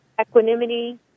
equanimity